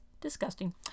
disgusting